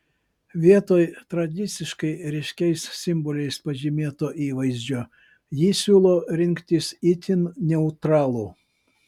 vietoj tradiciškai ryškiais simboliais pažymėto įvaizdžio ji siūlo rinktis itin neutralų